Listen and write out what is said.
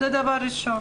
זה דבר ראשון.